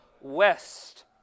west